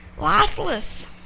lifeless